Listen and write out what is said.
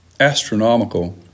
astronomical